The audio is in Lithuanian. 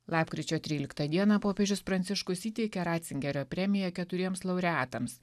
lapkričio tryliktą dieną popiežius pranciškus įteikė ratzingerio premiją keturiems laureatams